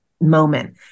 moment